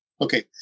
Okay